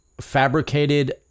fabricated